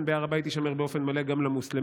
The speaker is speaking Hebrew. בהר הבית יישמר באופן מלא גם למוסלמים.